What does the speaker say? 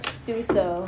suso